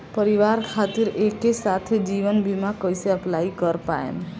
परिवार खातिर एके साथे जीवन बीमा कैसे अप्लाई कर पाएम?